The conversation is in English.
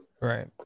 Right